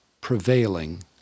prevailing